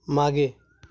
मागे